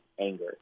anger